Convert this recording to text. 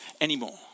anymore